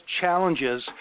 challenges